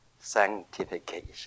sanctification